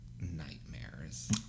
nightmares